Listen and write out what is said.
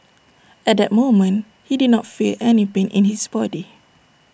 at that moment he did not feel any pain in his body